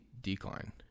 decline